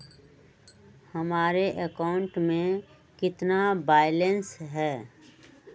हमारे अकाउंट में कितना बैलेंस है?